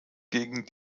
gegen